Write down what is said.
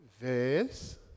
verse